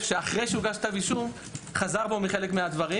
שאחרי שהוגש כתב אישום חזר בו מחלק מהדברים.